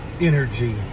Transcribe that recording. energy